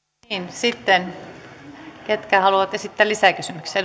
sitten ketkä haluavat esittää lisäkysymyksiä